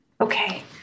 Okay